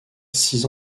six